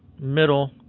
middle